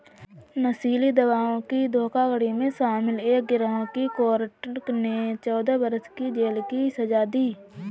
नशीली दवाओं की धोखाधड़ी में शामिल एक गिरोह को कोर्ट ने चौदह वर्ष की जेल की सज़ा दी